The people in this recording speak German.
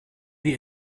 die